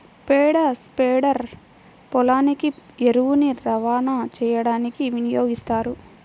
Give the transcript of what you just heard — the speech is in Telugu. పేడ స్ప్రెడర్ పొలానికి ఎరువుని రవాణా చేయడానికి వినియోగిస్తారు